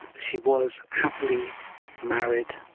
she was happily married,